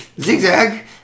Zigzag